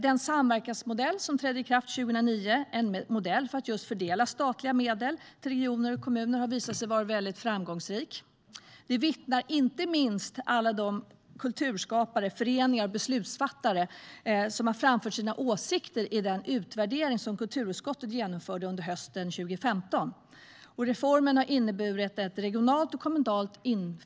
Den samverkansmodell som trädde i kraft 2009, en modell för att fördela statliga medel till regioner och kommuner, har visat sig vara väldigt framgångsrik. Om detta vittnar inte minst alla de kulturskapare, föreningar och beslutsfattare som framfört sina åsikter i den utvärdering som kulturutskottet genomförde under hösten 2015. Reformen har inneburit ökat inflytande regionalt och kommunalt.